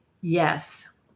yes